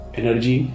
energy